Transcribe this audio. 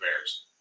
Bears